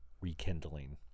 rekindling